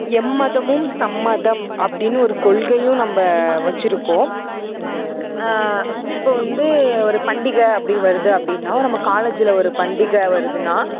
எம்மதமும் சம்மதம் அப்படின்னு ஒரு கொள்கையும் நம்ப வச்சிருக்கோம் இப்போ வந்து ஒரு பண்டிகை அப்படி வருது அப்படின்னா நம்ம காலேஜில் ஒரு பண்டிகை வருதுன்னா